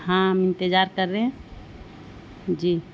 ہاں ہم انتظار کر رہے ہیں جی